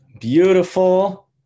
beautiful